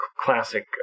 classic